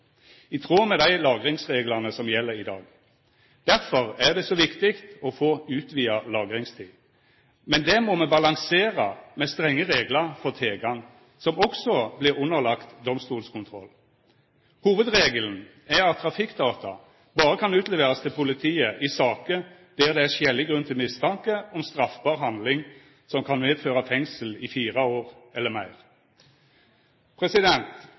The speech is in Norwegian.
i tråd med dei lagringsreglane som gjeld i dag. Derfor er det så viktig å få utvida lagringstid. Men dette må me balansera med strenge reglar for tilgang, som også vert underlagt domstolskontroll. Hovudregelen er at trafikkdata berre kan utleverast til politiet i saker der det er skjellig grunn til mistanke om straffbar handling som kan medføra fengsel i fire år eller meir.